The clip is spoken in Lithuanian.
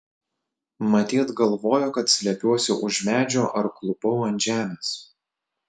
matyt galvojo kad slepiuosi už medžio ar klūpau ant žemės